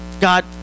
god